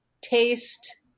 taste